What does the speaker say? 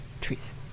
trees